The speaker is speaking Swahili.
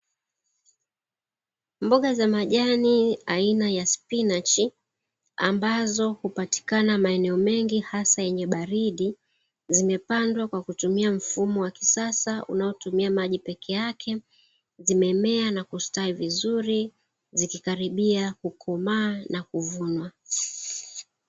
Mboga za majani aina ya spinachi ambazo hupatikana maeneo mengi hasa kwenye baridi, zimepandwa kwa kutumia mfumo wa kisasa unaotumia maji peke yake. Zimemea na kustawi vizuri, zikikaribia kukomaa na kuvunwa.